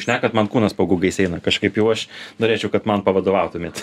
šnekant man kūnas pagaugais eina kažkaip jau aš norėčiau kad man vadovautumėt